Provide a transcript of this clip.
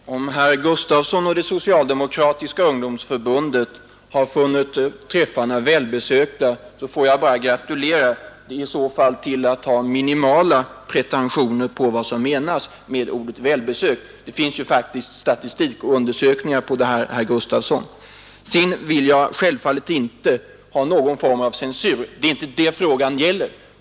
Herr talman! Om herr Gustavsson i Nässjö och det socialdemokratiska ungdomsförbundet har funnit träffarna välbesökta så får jag bara gratulera. Det är i så fall till att ha minimala pretentioner på vad som menas med ordet välbesökt. Det finns faktiskt statistik och undersökningar beträffande detta, herr Gustavsson. Jag vill självfallet inte ha någon form av censur. Det är inte det frågan gäller.